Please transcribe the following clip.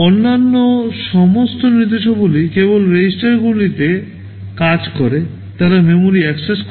অন্যান্য সমস্ত নির্দেশাবলী কেবল রেজিস্টারগুলিতে কাজ করে তারা মেমরি অ্যাক্সেস করে না